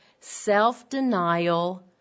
self-denial